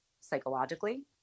psychologically